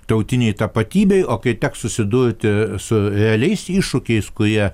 tautinei tapatybei o kai teks susidurti su realiais iššūkiais kurie